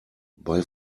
bei